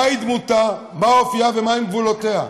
מהי דמותה, מה אופייה ומהם גבולותיה?